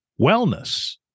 wellness